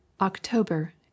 October